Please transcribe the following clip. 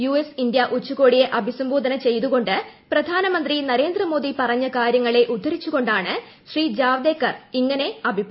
US India ഉച്ചകോടിയിൽ അഭിസംബോധന ചെയ്തുകൊണ്ട് പ്രധാനമന്ത്രി നരേന്ദ്ര മോദി പറഞ്ഞ കാര്യങ്ങളെ ഉദ്ധരിച്ചുകൊണ്ടാണ് ജാവദേക്കർ ഇങ്ങനെ പറഞ്ഞത്